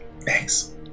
Thanks